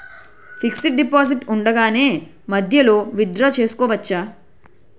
Fixed deposit ఉండగానే మధ్యలో withdraw చేసుకోవచ్చా?